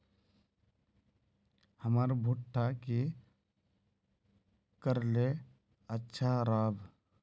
हमर भुट्टा की करले अच्छा राब?